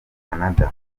canada